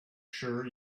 sure